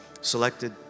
selected